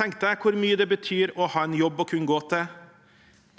Tenk hvor mye det betyr å ha en jobb å kunne gå til.